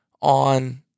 on